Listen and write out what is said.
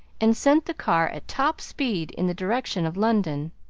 and sent the car at top speed in the direction of london.